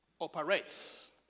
operates